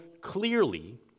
clearly